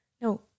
no